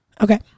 okay